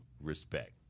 Respect